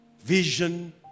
vision